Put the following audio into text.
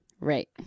right